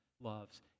loves